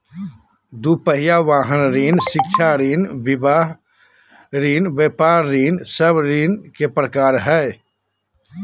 दू पहिया वाहन ऋण, शिक्षा ऋण, विवाह ऋण, व्यापार ऋण सब ऋण के प्रकार हइ